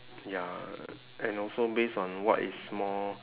ya and also based on what is more